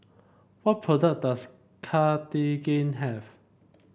what product does Cartigain have